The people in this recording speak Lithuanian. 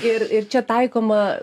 ir ir čia taikoma